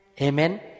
Amen